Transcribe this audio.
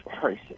person